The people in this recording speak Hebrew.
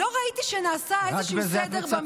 "לא ראיתי שנעשה איזשהו סדר במשרדים".